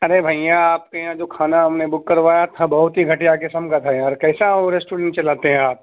ارے بھیا آپ کے یہاں جو کھانا ہم نے بک کروایا تھا بہت ہی گھٹیا قسم کا تھا یار کیسا او ریسٹورینٹ چلاتے ہیں آپ